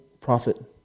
prophet